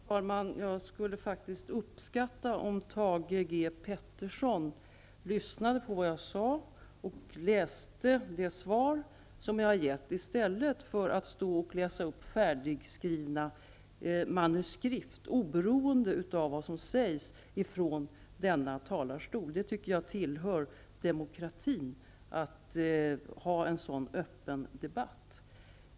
Herr talman! Jag skulle faktiskt uppskatta om Thage G Peterson lyssnade på vad jag sade och läste det svar som jag har givit i stället för att läsa upp färdigskrivna manuskript oberoende av vad som sägs från kammarens talarstol. Att ha en så öppen debatt tycker jag tillhör demokratin.